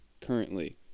currently